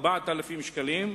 4,000 שקלים,